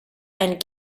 and